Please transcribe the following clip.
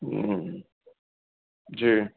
जी